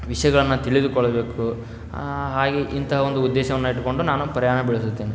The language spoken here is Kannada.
ವಿಷಯಗಳನ್ನ ತಿಳಿದುಕೊಳ್ಬೇಕು ಹಾಗೆ ಇಂತಹ ಒಂದು ಉದ್ದೇಶವನ್ನು ಇಟ್ಕೊಂಡು ನಾನು ಪ್ರಯಾಣ ಬೆಳೆಸುತ್ತೇನೆ